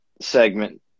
segment